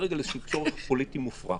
וכרגע לאיזשהו צורך פוליטי מופרך